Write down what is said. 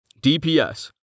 DPS